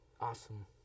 Awesome